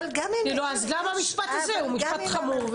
אז גם המשפט הזה הוא משפט חמור,